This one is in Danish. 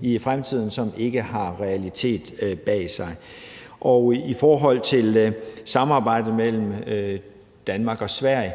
i fremtiden, som ikke har en realitet bag sig. I forhold til samarbejdet mellem Danmark og Sverige